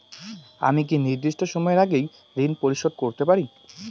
আমি কি নির্দিষ্ট সময়ের আগেই ঋন পরিশোধ করতে পারি?